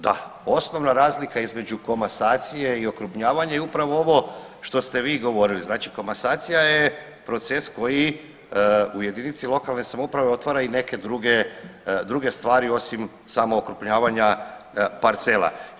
Da, osnovna razlika između komasacije i okrupnjavanja je upravo ovo što ste vi govorili, znači komasacija je proces koji u jedinici lokalne samouprave otvara i neke druge stvari osim samog okrupnjavanja parcela.